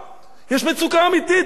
יש מצוקה אמיתית, ככה אומרים.